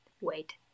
wait